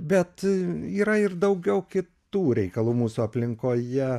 bet yra ir daugiau kitų reikalų mūsų aplinkoje